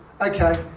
okay